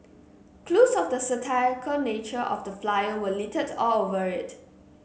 clues of the satirical nature of the flyer were littered all over it